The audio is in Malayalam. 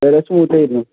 അതുവരെ സ്മൂത്തായിരുന്നു